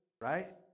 right